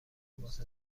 لباس